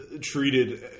treated